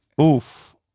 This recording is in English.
oof